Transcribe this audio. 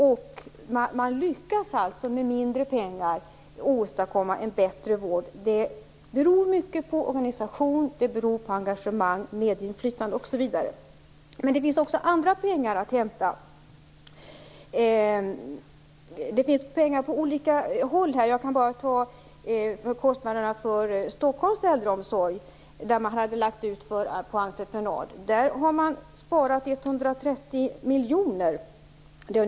Man lyckas alltså med mindre pengar åstadkomma bättre vård. Det beror mycket på organisation, engagemang, medinflytande osv. Det finns också andra pengar att hämta. Det finns pengar på olika håll. Jag kan som exempel ta kostnaderna för Stockholms äldreomsorg. Där har man lagt ut på entreprenad, och man har sparat 130 miljoner kronor.